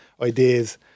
ideas